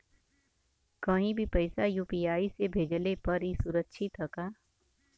कहि भी पैसा यू.पी.आई से भेजली पर ए सुरक्षित हवे का?